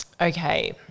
Okay